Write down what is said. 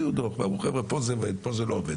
הוציאו דו"ח ואמרו חבר'ה פה זה עובד אבל פה זה לא עובד.